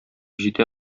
җитә